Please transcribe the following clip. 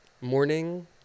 morning